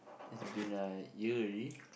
it's been a year already